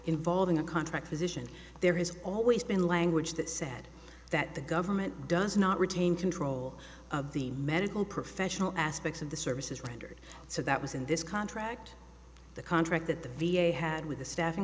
involving a contract physician there has always been language that said that the government does not retain control of the medical professional aspects of the services rendered so that was in this contract the contract that the v a had with the staffing